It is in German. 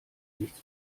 nichts